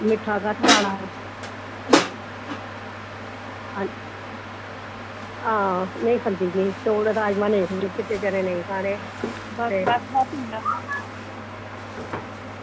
मिट्टा घट्ट खानां हां नेंई खंदी चौल राजमां नेंई खानें चिट्टे चनें नेंई खानें